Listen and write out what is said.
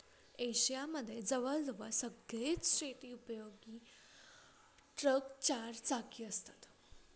Asia मध्ये जवळ जवळ सगळेच शेती उपयोगी ट्रक चार चाकी असतात